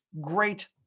great